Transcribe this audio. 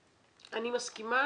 אני מסכימה